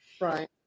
Right